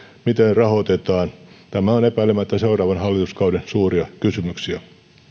miten rahoitetaan tämä on epäilemättä seuraavan hallituskauden suuria kysymyksiä